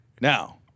Now